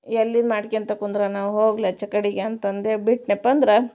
ಎಲ್ಲಿನ್ ಮಾಡ್ಕೊಂತ ಕುಂದ್ರನ ಹೋಗ್ಲಿ ಆಚೆ ಕಡೆಗೆ ಅಂತಂದೇಳಿ ಬಿಟ್ನ್ಯಪ್ಪ ಅಂದ್ರೆ